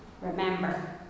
remember